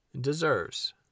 deserves